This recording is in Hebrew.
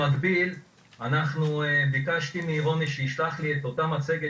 במקביל ביקשתי מרוני שישלח לי את אותה מצגת